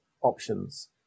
options